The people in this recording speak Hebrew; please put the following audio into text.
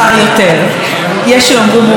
יש שיאמרו מאוחר מדי,